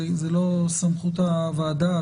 זו לא סמכות הוועדה,